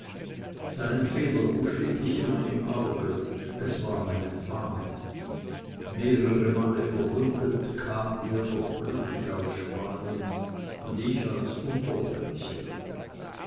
seinen federbusch hielt ich immer im auge es war meine fahne mehrere male verwundet kamen wir doch glücklich aus spanien und ich als unteroffizier